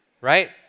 right